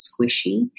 squishy